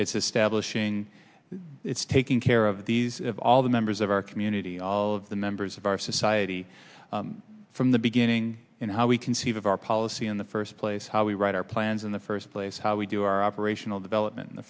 it's establishing it's taking care of these of all the members of our community all of the members of our society from the beginning in how we conceive of our policy in the first place how we write our plans in the first place how we do our operational development in the